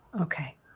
Okay